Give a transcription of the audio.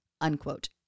unquote